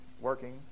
working